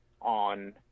on